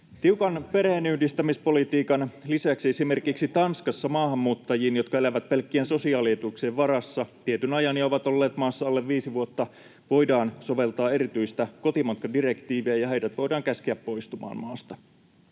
Tiukan perheenyhdistämispolitiikan lisäksi esimerkiksi Tanskassa maahanmuuttajiin, jotka elävät pelkkien sosiaalietuuksien varassa tietyn ajan ja ovat olleet maassa alle viisi vuotta, voidaan soveltaa erityistä kotimatkadirektiiviä ja heidät voidaan käskeä poistumaan maasta.